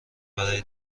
برای